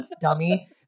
dummy